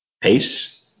pace